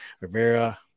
Rivera